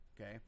Okay